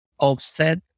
offset